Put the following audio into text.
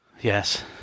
Yes